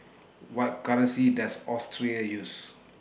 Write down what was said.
What currency Does Austria use